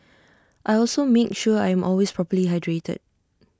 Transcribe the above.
I also make sure I am always properly hydrated